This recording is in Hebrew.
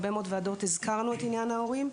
בהרבה מאוד ועדות הזכרנו את העניין ההורים.